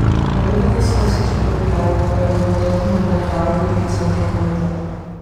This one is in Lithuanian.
komitetas atsiunčia pageidavimą rekomenduoti mane darbui į centro komitetą